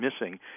missing